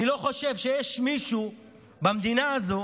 אני לא חושב שיש מישהו במדינה הזאת